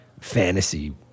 fantasy